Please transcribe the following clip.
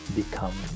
become